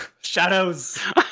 Shadows